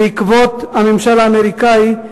בעקבות הממשל האמריקני,